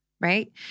right